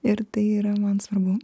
ir tai yra man svarbu